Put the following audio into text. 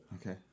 Okay